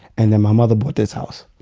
and then my mother bought this house.